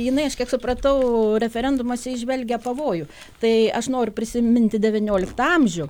jinai aš kiek supratau referendumuose įžvelgia pavojų tai aš noriu prisiminti devynioliktą amžių